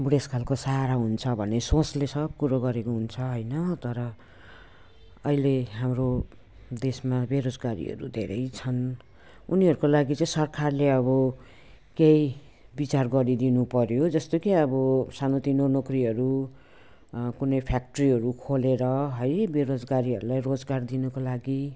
बुढेसकालको सहारा हुन्छ भन्ने सोचले सब कुरो गरेको हुन्छ होइन तर अहिले हाम्रो देशमा बेरोजगारीहरू धेरै छन् उनीहरूको लागि चाहिँ सरकारले अब केही विचार गरिदिनु पर्यो जस्तो कि अब सानोतिनो नोकरीहरू कुनै फ्याक्ट्रीहरू खोलेर है बोरोजगारीहरूलाई रोजगार दिनको लागि